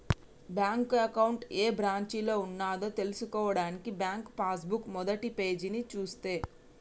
bank account ఏ బ్రాంచిలో ఉన్నదో తెల్సుకోవడానికి బ్యాంకు పాస్ బుక్ మొదటిపేజీని చూస్తే